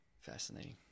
fascinating